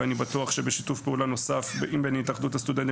ואני בטוח שבשיתוף פעולה נוסף בין התאחדות הסטודנטים